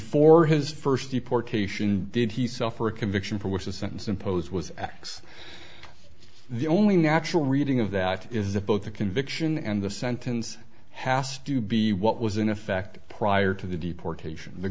fore his first deportation did he suffer a conviction for which the sentence imposed was x the only natural reading of that is that both the conviction and the sentence hast to be what was in effect prior to the deportation the